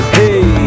hey